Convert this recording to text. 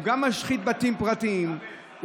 גם משחית בתים פרטיים,